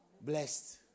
blessed